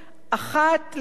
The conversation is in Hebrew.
אחת ל-x שנים,